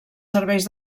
serveis